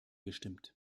gestimmt